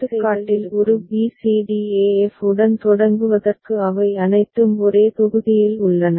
எனவே இந்த எடுத்துக்காட்டில் ஒரு b c d e f உடன் தொடங்குவதற்கு அவை அனைத்தும் ஒரே தொகுதியில் உள்ளன